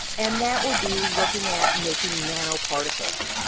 and that will be looking at making nanoparticles.